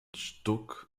stuck